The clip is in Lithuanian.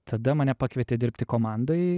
tada mane pakvietė dirbti komandoj